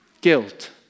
guilt